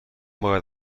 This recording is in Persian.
باید